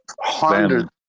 hundreds